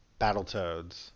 Battletoads